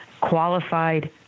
qualified